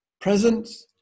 presence